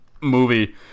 movie